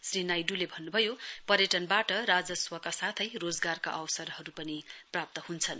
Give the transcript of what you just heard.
श्री नाइड्ले भन्नुभयो पर्यटनवाट राजस्वका साथै रोजगारका अवसरहरु पनि प्राप्त हुन्छन्